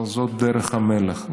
אבל זאת דרך המלך,